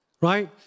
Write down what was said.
right